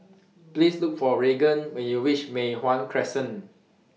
Please Look For Regan when YOU REACH Mei Hwan Crescent